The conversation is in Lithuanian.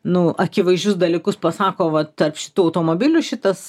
nu akivaizdžius dalykus pasako va tarp šitų automobilių šitas